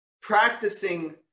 practicing